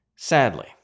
Sadly